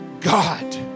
God